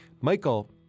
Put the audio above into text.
Michael